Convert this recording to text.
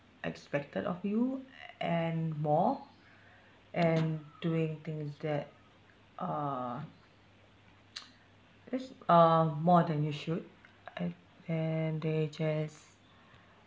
expected of you and more and doing things that uh it's uh more than you should and and they just